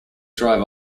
drive